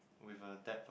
with a depth of